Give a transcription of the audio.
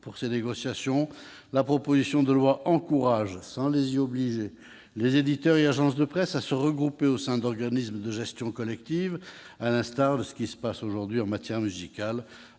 Pour ces négociations, la proposition de loi encourage, sans les y obliger, les éditeurs et agences de presse à se regrouper au sein d'organismes de gestion collective, à l'instar de ce qui se passe en matière musicale,